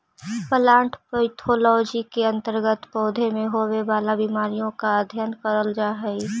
plant pathology के अंतर्गत पौधों में होवे वाला बीमारियों का अध्ययन करल जा हई